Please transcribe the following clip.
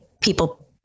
people